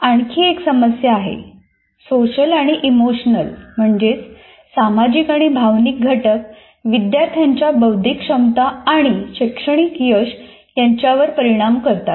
आणखीही एक समस्या आहे सोशल आणि इमोशनल घटक विद्यार्थ्यांच्या बौद्धिक क्षमता आणि शैक्षणिक यश यांच्यावर परिणाम करतात